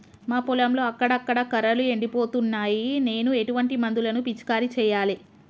మా పొలంలో అక్కడక్కడ కర్రలు ఎండిపోతున్నాయి నేను ఎటువంటి మందులను పిచికారీ చెయ్యాలే?